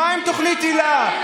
מה עם תוכנית היל"ה?